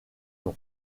nom